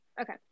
okay